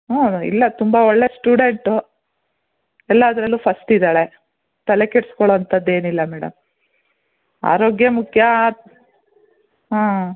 ಹ್ಞೂ ಇಲ್ಲ ತುಂಬ ಒಳ್ಳೆ ಸ್ಟೂಡೆಂಟು ಎಲ್ಲದ್ರಲ್ಲೂ ಫಸ್ಟ್ ಇದ್ದಾಳೆ ತಲೆ ಕೆಡ್ಸ್ಕೊಳೊಂಥದ್ದು ಏನಿಲ್ಲ ಮೇಡಮ್ ಆರೋಗ್ಯ ಮುಖ್ಯ ಹಾಂ